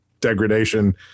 degradation